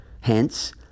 Hence